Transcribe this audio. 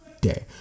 day